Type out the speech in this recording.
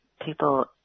people